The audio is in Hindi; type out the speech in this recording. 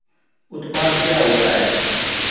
उत्पाद क्या होता है?